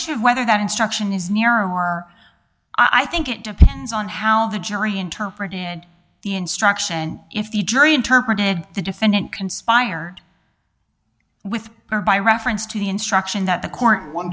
issue of whether that instruction is near or i think it depends on how the jury interpreted the instruction if the jury interpreted the defendant conspired with or by reference to the instruction that the co